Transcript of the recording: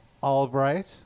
albright